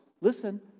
listen